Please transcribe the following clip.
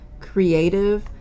creative